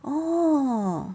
orh